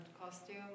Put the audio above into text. costume